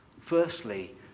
Firstly